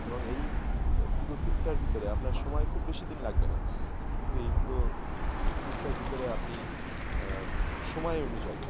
এবং এই পুরো টুরটার ভিতরে আপনার সময় খুব বেশি দিন লাগবে না কিন্তু এই পুরো টুরটার ভিতরে আপনি সময় অনুযায়ী